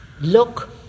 Look